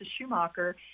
Schumacher